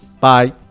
bye